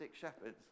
shepherds